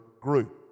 group